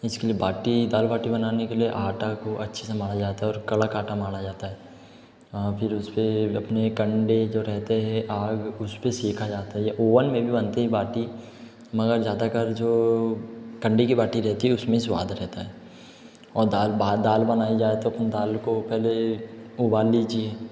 इसके लिए बाटी दाल बाटी बनाने के लिए आटे काे अच्छे से मढ़ा जाता है और कड़क आटा मढ़ा जाता है फिर उस पर अपने कंडे जो रहते हैं आग उस पर सेंका जाता है या ओवन में भी बनते हैं बाटी मगर ज़्यादाकर जो कंडी की बाटी रहती है उसमें स्वाद रहता है और दाल दाल बनाई जाए तो अपन दाल को पहले उबाल लीजिए